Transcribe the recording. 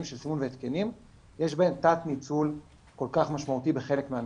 של סימון והתקנים יש בהם תת ניצול כל כך משמעותי בחלק מהמגזרים.